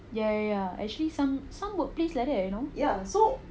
ya ya actually some some workplace like that you know ya so